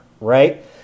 right